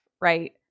Right